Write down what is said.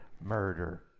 Murder